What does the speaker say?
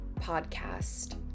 podcast